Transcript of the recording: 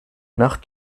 nach